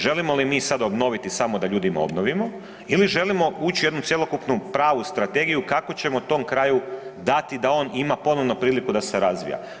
Želimo li mi sad obnoviti samo da ljudima obnovimo ili želimo ući u jednu cjelokupnu pravu strategiju kako ćemo tom kraju dati da on ima ponovno priliku da se razvija.